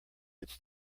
its